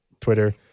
Twitter